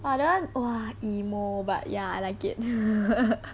!wah! that one !wah! emo but ya I like it